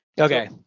Okay